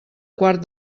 quart